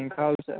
ఏమి కావాలి సార్